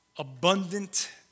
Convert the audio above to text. Abundant